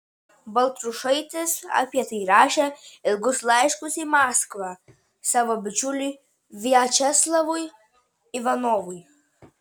baltrušaitis apie tai rašė ilgus laiškus į maskvą savo bičiuliui viačeslavui ivanovui